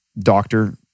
doctor